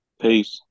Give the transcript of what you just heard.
Peace